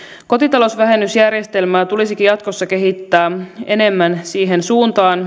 kotitalousvähennysjärjestelmää tulisikin jatkossa kehittää enemmän siihen suuntaan